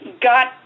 got